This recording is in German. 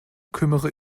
kümmere